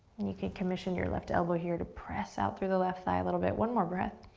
and you could commission your left elbow here to press out through the left thigh a little bit. one more breath.